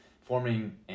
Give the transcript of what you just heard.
forming